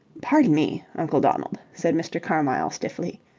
pardon me, uncle donald, said mr. carmyle, stiffly,